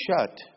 shut